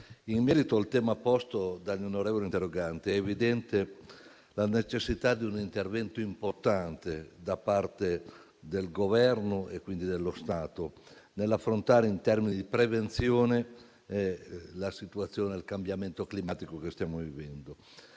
In merito al tema posto dagli onorevoli interroganti, è evidente la necessità di un intervento importante da parte del Governo, e quindi dello Stato, nell'affrontare in termini di prevenzione la situazione di cambiamento climatico che stiamo vivendo.